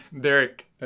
Derek